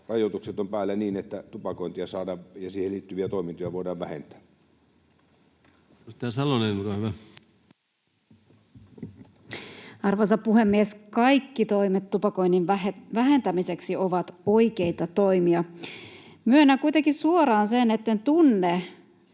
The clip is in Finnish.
rajoitukset ovat päällä niin, että tupakointia ja siihen liittyviä toimintoja voidaan vähentää. Edustaja Salonen, olkaa hyvä. Arvoisa puhemies! Kaikki toimet tupakoinnin vähentämiseksi ovat oikeita toimia. Myönnän kuitenkin suoraan sen, etten tunne